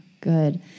Good